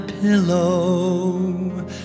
pillow